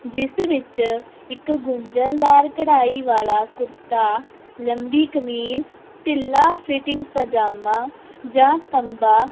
ਜਿਸ ਵਿੱਚ ਇੱਕ ਗੁੰਝਲਦਾਰ ਕਢਾਈ ਵਾਲਾ ਕੁੜਤਾ ਲੰਬੀ ਕਮੀਜ਼ ਢਿੱਲਾ ਫਿਟਿੰਗ ਪਜਾਮਾ ਜਾਂ ਤੰਬਾ